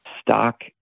stock